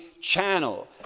channel